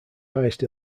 highest